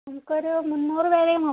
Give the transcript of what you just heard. നമുക്ക് ഒരു മൂന്നൂറ് പേരെ നോക്കാം